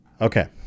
okay